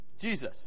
Jesus